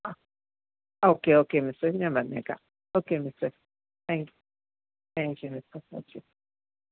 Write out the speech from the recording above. ആ okay okay മിസ്സെ ഞാൻ വന്നേക്കാം ഓക്കെ മിസ്സെ താങ്ക് യൂ താങ്ക് യൂ മിസ്സെ ഓക്കെ